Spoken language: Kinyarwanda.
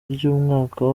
ry’umwaka